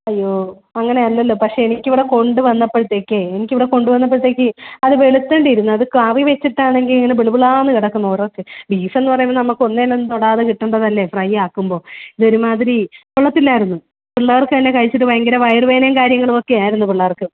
അയ്യോ അങ്ങനെയല്ലല്ലോ പക്ഷേ എനിക്കിവിടെ കൊണ്ടുവന്നപ്പോഴത്തേക്ക് എനിക്ക് ഇവിടെ കൊണ്ടുവന്നപ്പോഴത്തേക്ക് അത് വെളുത്തോണ്ടിരുന്നു അത് കറി വെച്ചിട്ടാണെങ്കിൽ ഇങ്ങനെ ബിള് ബിളാന്ന് കിടക്കുന്നു ഒറോക്ക് ബീഫ് എന്ന് പറയുമ്പോൾ നമുക്ക് ഒന്നേൽ ഒന്ന് തൊടാതെ കിട്ടേണ്ടതല്ലേ ഫ്രൈ ആക്കുമ്പോൾ ഇത് ഒരുമാതിരി കൊള്ളത്തില്ലായിരുന്നു പിള്ളേർക്കെല്ലാം കഴിച്ചിട്ട് ഭയങ്കര വയറുവേദനയും കാര്യങ്ങളുവൊക്കെ ആയിരുന്നു പിള്ളേർക്ക്